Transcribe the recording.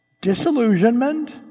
disillusionment